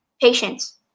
Patience